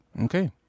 Okay